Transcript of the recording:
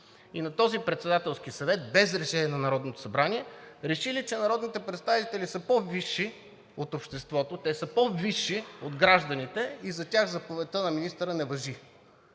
и на този Председателски съвет, без решение на Народното събрание, решили, че народните представители са по-висши от обществото, те са по-висши от гражданите и за тях заповедта на министъра не важи.